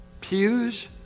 pews